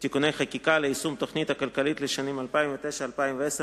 (תיקוני חקיקה ליישום התוכנית הכלכלית לשנים 2009 ו-2010),